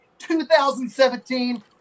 2017